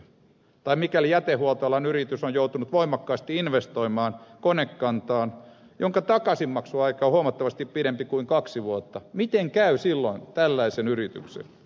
tai mikäli jätehuoltoalan yritys on joutunut voimakkaasti investoimaan konekantaan jonka takaisinmaksuaika on huomattavasti pidempi kuin kaksi vuotta miten käy silloin tällaisen yrityksen